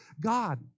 God